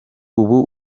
ubu